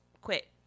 quit